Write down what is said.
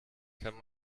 kann